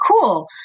cool